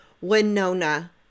Winona